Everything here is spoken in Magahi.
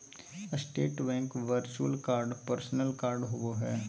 state Bank virtual card personal card होबो हइ